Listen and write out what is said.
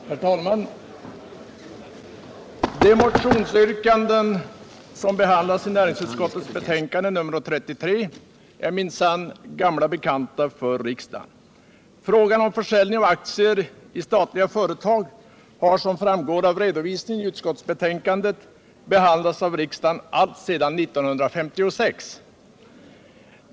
Herr talman! De motionsyrkanden som behandlas i näringsutskottets betänkande nr 33 är minsann gamla bekanta för riksdagen. Frågan om försäljning av aktier i statliga företag har, som framgår av redovisningen i utskottsbetänkandet, behandlats av riksdagen alltsedan 1956.